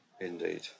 Indeed